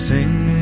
Sing